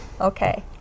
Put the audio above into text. Okay